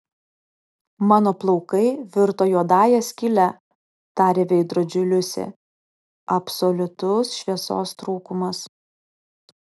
mano plaukai virto juodąja skyle tarė veidrodžiui liusė absoliutus šviesos trūkumas